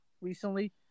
recently